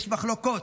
יש מחלוקות,